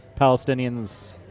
Palestinians